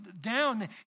down